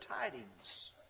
tidings